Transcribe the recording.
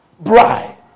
bride